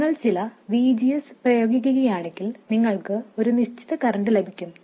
നിങ്ങൾ ചില V G S പ്രയോഗിക്കുകയാണെങ്കിൽ നിങ്ങൾക്ക് ഒരു നിശ്ചിത കറന്റ് ലഭിക്കും